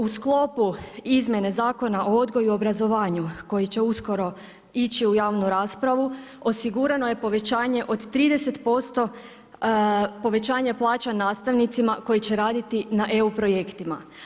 U sklopu izmjene Zakona o odgoju i obrazovanju koji će uskoro ići u javnu raspravu osigurano je povećanje od 30% povećanje plaća nastavnicima koji će raditi na EU projektima.